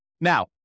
Now